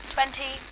Twenty